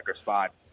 spot